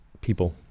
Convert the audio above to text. people